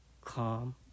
calm